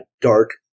dark